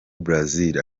brazil